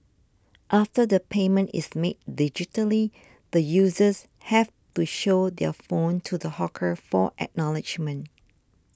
after the payment is made digitally the users have to show their phone to the hawker for acknowledgement